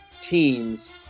teams